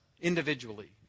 individually